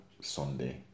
Sunday